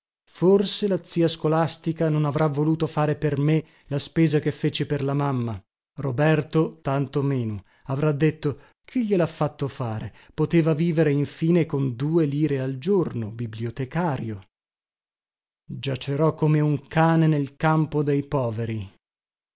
forse la zia scolastica non avrà voluto fare per me la spesa che fece per la mamma roberto tanto meno avrà detto chi glielha fatto fare poteva vivere infine con due lire al giorno bibliotecario giacerò come un cane nel campo dei poveri